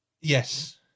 Yes